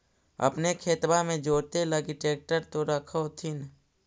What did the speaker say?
अपने खेतबा मे जोते लगी ट्रेक्टर तो रख होथिन?